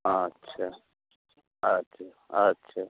আচ্ছা আচ্ছা আচ্ছা